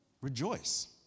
Rejoice